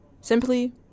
simply